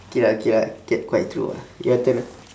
K lah K lah can~ quite true ah your turn